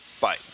Bye